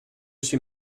suis